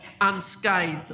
unscathed